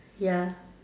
ya